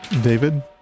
David